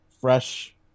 fresh